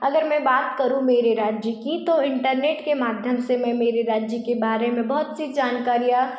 अगर मैं बात करूँ मेरे राज्य की तो इंटरनेट के माध्यम से मैं मेरे राज्य के बारे में बहुत सी जानकारियाँ